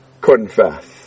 confess